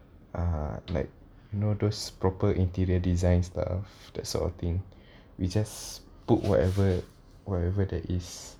uh like you know those proper interior design stuff that sort of thing we just put whatever wherever that is